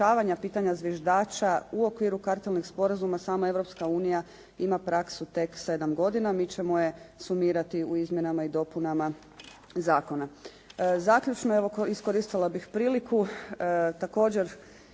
pitanja "zviždača" u okviru kartelnih sporazuma, sama Europska unija ima praksu tek 7 godina, mi ćemo je sumirati u izmjenama i dopunama zakona. Zaključno, evo iskoristila bih priliku također